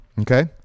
okay